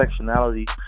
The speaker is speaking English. intersectionality